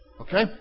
Okay